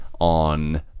on